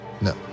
No